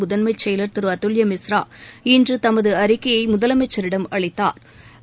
முதன்மைச்செயலர் திரு அதுவ்யமிஸ்ரா இன்று தமது அறிக்கையை முதலமைச்சிடம் அளித்தாா்